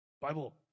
Bible